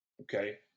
Okay